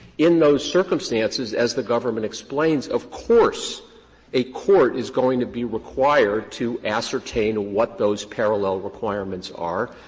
in those circumstances, as the government explains, of course a court is going to be required to ascertain what those parallel requirements are,